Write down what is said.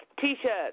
t-shirts